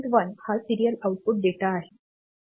1 हा serial output data आहे